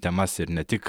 temas ir ne tik